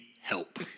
help